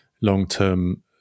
long-term